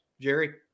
Jerry